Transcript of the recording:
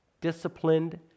disciplined